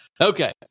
Okay